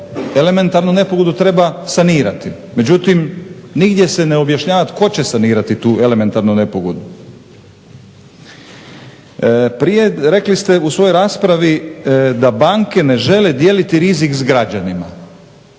elementarnu nepogodu treba sanirati. Međutim, nigdje se ne objašnjava tko će sanirati tu elementarnu nepogodu. Prije rekli ste u svojoj raspravi da banke ne žele dijeliti rizik s građanima,